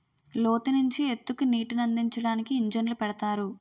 లోతు నుంచి ఎత్తుకి నీటినందించడానికి ఇంజన్లు పెడతారు